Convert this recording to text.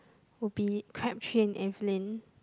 would be Crabtree and Evelyn